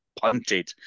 punted